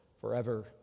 forever